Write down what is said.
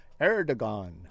Erdogan